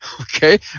okay